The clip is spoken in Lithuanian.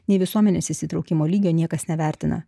nei visuomenės įsitraukimo lygio niekas nevertina